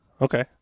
Okay